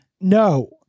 No